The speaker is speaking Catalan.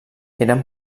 eren